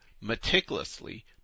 meticulously